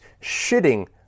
shitting